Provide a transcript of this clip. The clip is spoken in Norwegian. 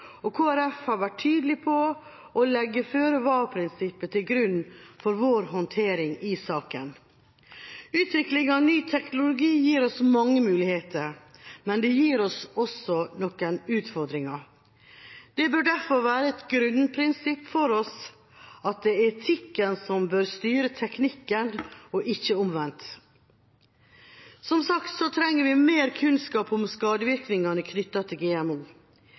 og Kristelig Folkeparti har vært tydelig på å legge føre-var-prinsippet til grunn for vår håndtering i saka. Utvikling av ny teknologi gir oss mange muligheter, men det gir oss også noen utfordringer. Det bør derfor være et grunnprinsipp for oss at det er etikken som bør styre teknikken, og ikke omvendt. Som sagt trenger vi mer kunnskap om skadevirkningene knyttet til GMO.